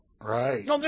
Right